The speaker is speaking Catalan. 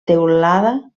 teulada